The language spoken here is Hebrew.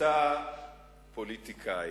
אותה פוליטיקאית,